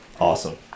awesome